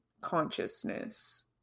consciousness